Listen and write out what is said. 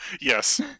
Yes